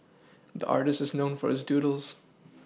the artist is known for his doodles